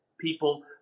people